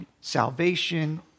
salvation